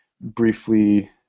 briefly